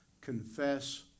confess